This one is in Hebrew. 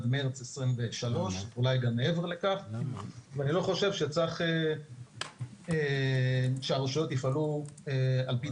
2,000 שקל התקנות האלה לעניין שכר הטרחה יישארו עד סוף